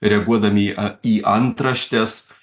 reaguodami į a į antraštes